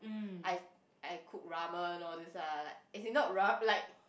I I cook ramen all these ah like as in not ram~ like